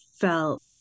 felt